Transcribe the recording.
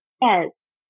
Yes